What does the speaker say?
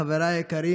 חבריי היקרים,